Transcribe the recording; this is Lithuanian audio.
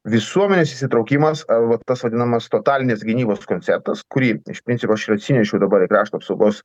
visuomenės įsitraukimas arba vat tas vadinamas totalinės gynybos konceptas kurį iš principo aš ir atsinešiau dabar į krašto apsaugos